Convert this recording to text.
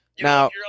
Now